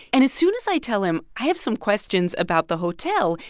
and as soon as i tell him i have some questions about the hotel,